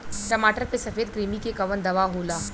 टमाटर पे सफेद क्रीमी के कवन दवा होला?